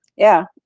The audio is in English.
yeah.